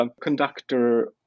conductor